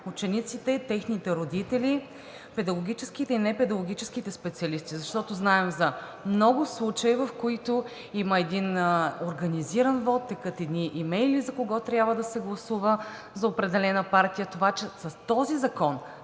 учениците и техните родители, педагогическите и непедагогическите специалисти, защото знаем за много случаи, в които има един организиран вот, текат едни имейли за кого трябва да се гласува – за определена партия. С този закон